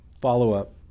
follow-up